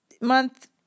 month